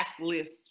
list